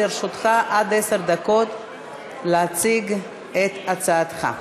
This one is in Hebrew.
לרשותך עד עשר דקות להציג את הצעתך.